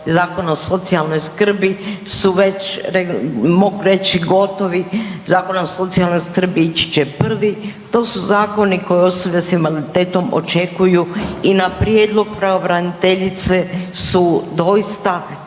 Zakon o socijalnoj skrbi su mogu reći gotovo, Zakon o socijalnoj skrbi ići će prvi, to su zakoni koje osobe s invaliditetom očekuju i na prijedlog pravobraniteljice su doista krenuli